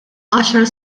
għaxar